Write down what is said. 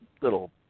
little